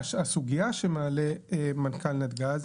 הסוגיה שמעלה מנכ"ל נתג"ז,